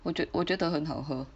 我觉得我觉得很好喝